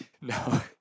No